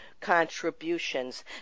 contributions